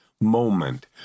moment